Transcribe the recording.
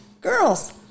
Girls